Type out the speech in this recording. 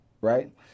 right